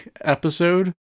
episode